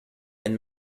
and